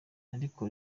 ariko